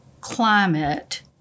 climate